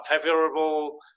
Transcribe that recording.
favorable